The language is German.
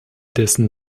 dessen